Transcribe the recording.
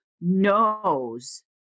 knows